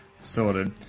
Sorted